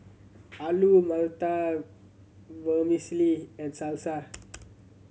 Alu Matar Vermicelli and Salsa